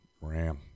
RAM